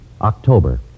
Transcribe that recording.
October